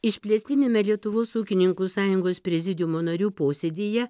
išplėstiniame lietuvos ūkininkų sąjungos prezidiumo narių posėdyje